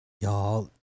Y'all